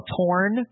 torn